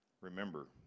remember